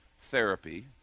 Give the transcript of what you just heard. therapy